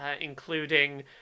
including